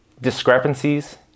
discrepancies